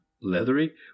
leathery